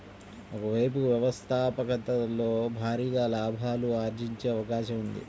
ఒక వైపు వ్యవస్థాపకతలో భారీగా లాభాలు ఆర్జించే అవకాశం ఉంది